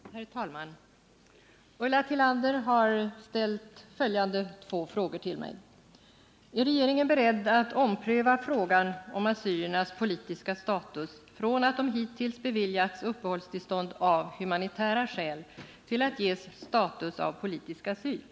Herr talman! Ulla Tillander har till mig ställt följande två frågor: Är regeringen beredd att ompröva frågan om assyriernas politiska status från att de hittills beviljats uppehållstillstånd av humanitära skäl till att ges status av politisk asyl?